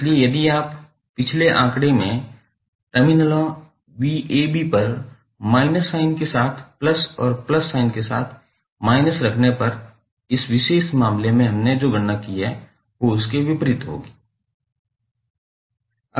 इसलिए यदि आप पिछले आंकड़े में टर्मिनलों पर माइनस साइन के साथ प्लस और प्लस साइन के साथ माइनस रखने पर इस विशेष मामले में हमने जो गणना की है उसके विपरीत होगा